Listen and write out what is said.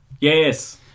Yes